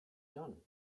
done